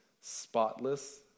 spotless